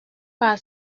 par